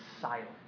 silent